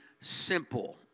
simple